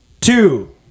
two